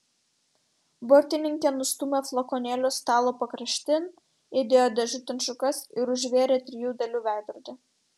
burtininkė nustūmė flakonėlius stalo pakraštin įdėjo dėžutėn šukas ir užvėrė trijų dalių veidrodį